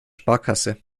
sparkasse